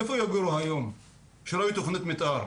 איפה הם יגורו היום שאין תכנית מתאר?